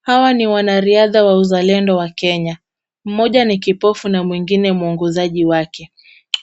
Hawa ni wanariadha wa uzalendo wa Kenya. Mmoja ni kipofu na mwingine mwongozaji wake.